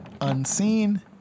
Unseen